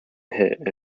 hit